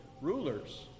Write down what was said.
rulers